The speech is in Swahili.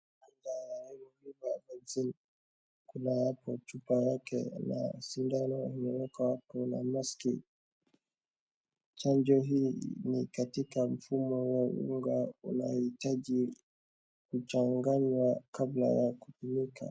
Kuna hapo chupa yake la sindano imewekwa hapo na maski. Chanjo hii ni katika mfumo wa unga unaohitaji kuchanganywa kabla ya kutumika.